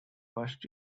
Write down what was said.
first